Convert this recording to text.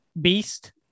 beast